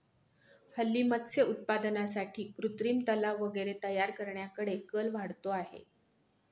हल्ली मत्स्य उत्पादनासाठी कृत्रिम तलाव वगैरे तयार करण्याकडे कल वाढतो आहे